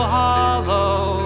hollow